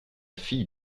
fille